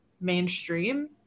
mainstream